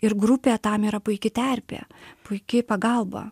ir grupė tam yra puiki terpė puiki pagalba